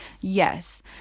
yes